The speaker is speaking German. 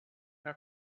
herr